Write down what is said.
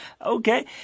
Okay